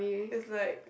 it's like